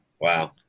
Wow